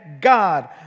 God